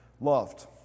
loved